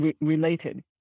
related